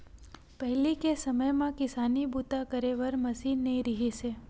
पहिली के समे म किसानी बूता करे बर मसीन नइ रिहिस हे